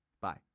Bye